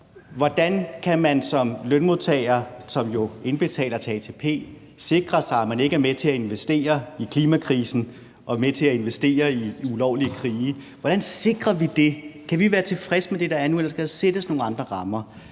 hvordan kan man som lønmodtager, der jo betaler til ATP, sikre sig, at man ikke er med til at investere i klimakrisen og med til at investere i ulovlige krige? Hvordan sikrer vi det? Kan vi være tilfreds med det, der er nu, eller skal der sættes nogle andre rammer?